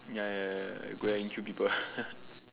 ya ya ya ya go and kill people